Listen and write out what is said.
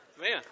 Man